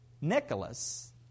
Nicholas